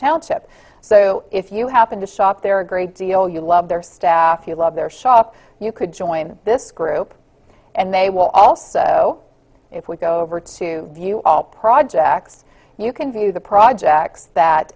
township so if you happen to shop there a great deal you love their staff you love their shop you could join this group and they will also if we go over to view all projects you can view the projects that